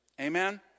Amen